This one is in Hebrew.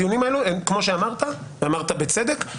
אני מבין את השיקול הנקודתי כרגע אך זה